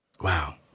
Wow